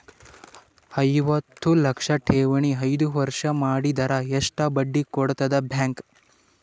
ಐವತ್ತು ಲಕ್ಷ ಠೇವಣಿ ಐದು ವರ್ಷ ಮಾಡಿದರ ಎಷ್ಟ ಬಡ್ಡಿ ಕೊಡತದ ಬ್ಯಾಂಕ್?